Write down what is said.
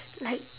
like